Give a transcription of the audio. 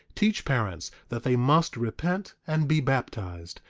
teach parents that they must repent and be baptized,